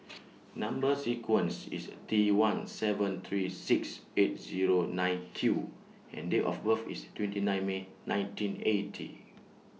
Number sequence IS T one seven three six eight Zero nine Q and Date of birth IS twenty nine May nineteen eighty